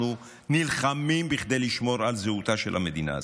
אנחנו נלחמים כדי לשמור על זהותה של המדינה הזאת.